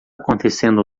acontecendo